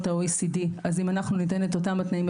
ה-OECD אז אם אנחנו ניתן את אותם התנאים,